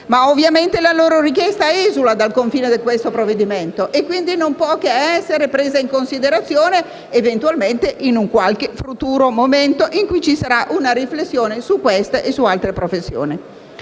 ma ovviamente la loro richiesta esula dal confine di questo provvedimento, quindi non può che essere presa in considerazione, eventualmente, in un qualche futuro momento in cui ci sarà una riflessione su questa e su altre professioni.